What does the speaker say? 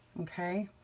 okay,